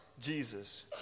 Jesus